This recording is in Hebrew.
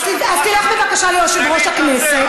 אז תלך בבקשה ליושב-ראש הכנסת,